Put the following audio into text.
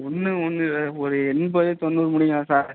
ஒன்று ஒன்று ஒரு எண்பது தொண்ணூறு முடிங்க சார்